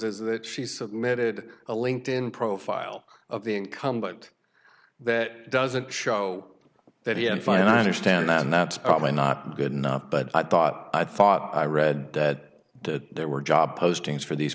is that she submitted a linked in profile of the income but that doesn't show that he and find i understand that and that's probably not good enough but i thought i thought i read that the there were job postings for these